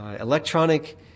electronic